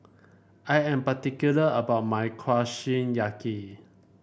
I am particular about my Kushiyaki